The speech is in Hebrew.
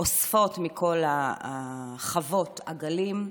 אוספות מכל החוות עגלים.